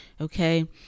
Okay